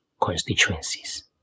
constituencies